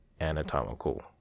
anatomical